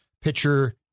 pitcher